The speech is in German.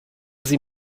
sie